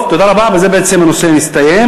טוב, תודה רבה, בזה בעצם הנושא מסתיים.